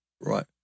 Right